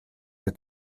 der